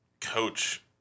coach